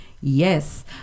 Yes